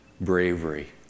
bravery